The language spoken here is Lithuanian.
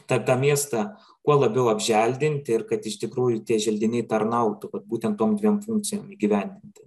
tą tą miestą kuo labiau apželdinti ir kad iš tikrųjų tie želdiniai tarnautų būtent tom dviem funkcijom įgyvendinti